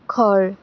ঘৰ